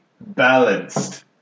balanced